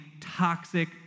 toxic